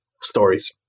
stories